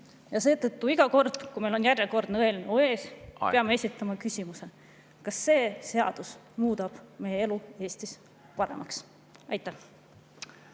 Seetõttu iga kord, kui meil on järjekordne eelnõu ees … Aeg! … peame esitama küsimuse: kas see seadus muudab meie elu Eestis paremaks? Aitäh!